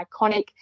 iconic